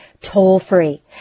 toll-free